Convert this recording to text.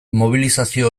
mobilizazio